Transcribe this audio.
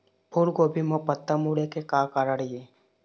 फूलगोभी म पत्ता मुड़े के का कारण ये?